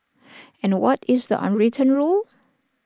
and what is the unwritten rule